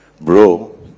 bro